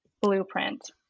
Blueprint